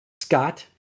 scott